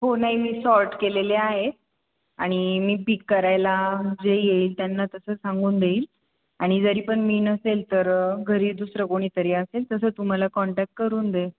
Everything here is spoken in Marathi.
हो नाही मी सॉर्ट केलेले आहेत आणि मी पिक करायला जे येईल त्यांना तसं सांगून देईल आणि जरीपण मी नसेल तर घरी दुसरं कोणीतरी असेल तसं तुम्हाला कॉन्टॅक्ट करून देईल